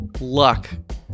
Luck